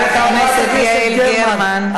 חברת הכנסת גרמן,